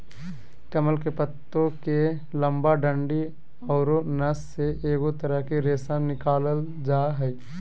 कमल के पत्तो के लंबा डंडि औरो नस से एगो तरह के रेशा निकालल जा हइ